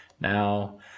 Now